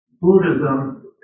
Buddhism